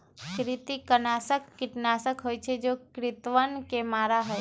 कृंतकनाशक कीटनाशक हई जो कृन्तकवन के मारा हई